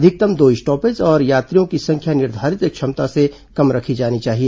अधिकतम दो स्टॉपेज और यात्रियों की संख्या निर्धारित क्षमता से कम रखी जानी चाहिए